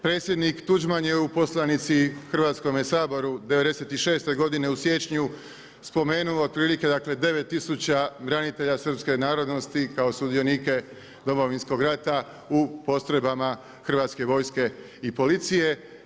Predsjednik Tuđman je u poslanici Hrvatskome saboru '96. godine u siječnju spomenuo otprilike dakle 9000 branitelja srpske narodnosti kao sudionike Domovinskog rata u postrojbama Hrvatske vojske i policije.